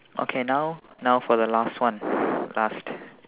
okay now now for the last one last